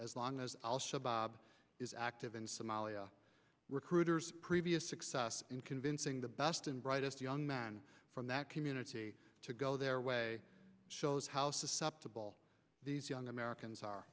as long as al shabaab is active in somalia recruiters previous success in convincing the best and brightest young men from that community to go their way shows how susceptible these young americans are